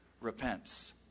repents